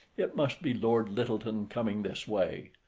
it must be lord lyttelton coming this way.